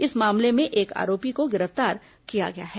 इस मामले में एक आरोपी को गिरफ्तार किया गया है